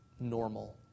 normal